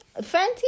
Fenty